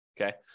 Okay